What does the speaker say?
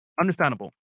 Understandable